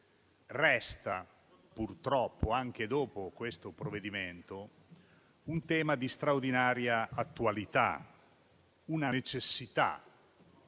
resta purtroppo, anche dopo questo provvedimento, un tema di straordinaria attualità, una necessità.